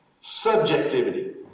subjectivity